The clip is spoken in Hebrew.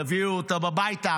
תביאו אותם הביתה,